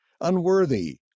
unworthy